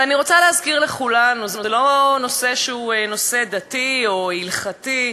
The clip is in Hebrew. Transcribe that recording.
ואני רוצה להזכיר לכולנו: זה לא נושא שהוא דתי או הלכתי,